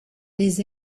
des